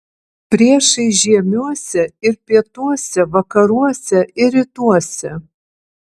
priešai žiemiuose ir pietuose vakaruose ir rytuose